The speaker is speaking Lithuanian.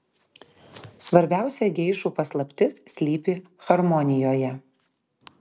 svarbiausia geišų paslaptis slypi harmonijoje